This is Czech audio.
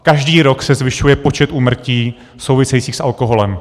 Každý rok se zvyšuje počet úmrtí souvisejících s alkoholem.